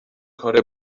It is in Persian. کار